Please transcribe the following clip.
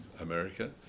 America